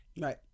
right